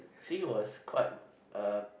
she was quite uh